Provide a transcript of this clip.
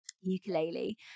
Ukulele